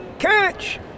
Catch